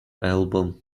album